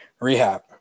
Rehab